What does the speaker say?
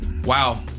Wow